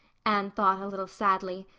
anne thought, a little sadly.